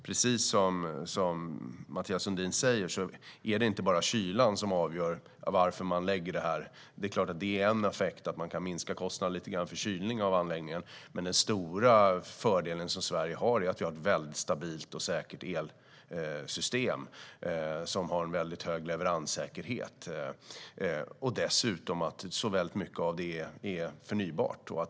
Precis som Mathias Sundin säger är det inte bara kylan som avgör att man förlägger verksamheten här. Det är klart att det är en effekt att man kan minska kostnaderna för kylning av anläggningen lite, men den stora fördelen som Sverige har är att vi har ett väldigt stabilt och säkert elsystem, som har hög leveranssäkerhet. Dessutom är mycket av det förnybart.